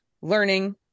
learning